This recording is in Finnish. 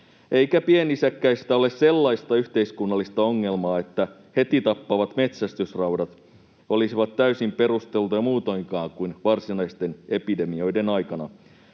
eikä piennisäkkäistä ole sellaista yhteiskunnallista ongelmaa, että heti tappavat metsästysraudat olisivat täysin perusteltuja muutoinkaan kuin varsinaisten epidemioiden aikana.